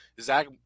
Zach